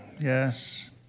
Yes